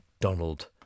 Donald